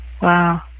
Wow